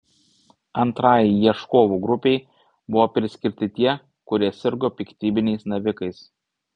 antrajai ieškovų grupei buvo priskirti tie kurie sirgo piktybiniais navikais